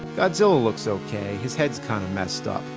godzilla looks ok. his head's kind of messed up.